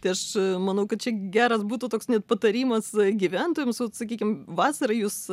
tai aš manau kad čia geras būtų toks net patarimas gyventojams vat sakykim vasarą jūs